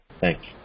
thanks